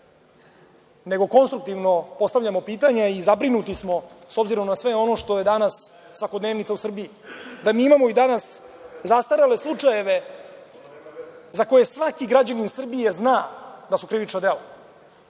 nego konstruktivno postavljamo pitanja i zabrinuti smo, s obzirom na sve ono što je danas svakodnevnica u Srbiji. Mi imamo i danas zastarele slučajeve za koje svaki građanin Srbije da su krivična